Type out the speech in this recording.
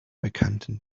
bekannten